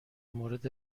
مورد